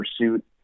pursuit